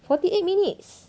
forty eight minutes